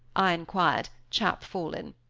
i inquired, chapfallen.